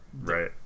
Right